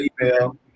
email